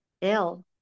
ill